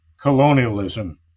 colonialism